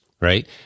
right